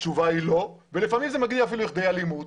התשובה היא לא ולפעמים זה מגיע אפילו לכדי אלימות.